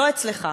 לא אצלך.